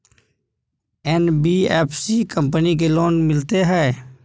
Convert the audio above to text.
NBFC company की loan मिलते है?